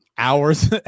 Hours